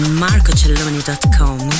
marcocelloni.com